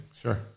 Sure